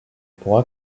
pourra